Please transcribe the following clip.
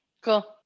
cool